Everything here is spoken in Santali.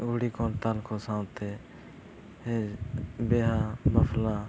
ᱟᱹᱣᱲᱤ ᱠᱚᱨᱛᱟᱞ ᱠᱚ ᱥᱟᱶᱛᱮ ᱵᱤᱦᱟ ᱵᱟᱯᱞᱟ